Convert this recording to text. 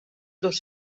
dos